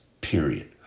period